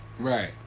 Right